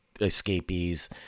escapees